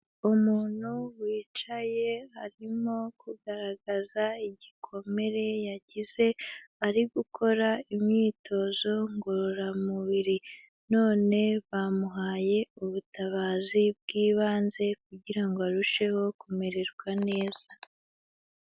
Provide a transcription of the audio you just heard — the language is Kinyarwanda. Umuntu wicaye arimo kugaragaza igikomere yagize ari gukora imyitozo ngororamubiri, none bamuhaye ubutabazi bw'ibanze kugira ngo arusheho kumererwa neza.